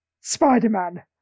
Spider-Man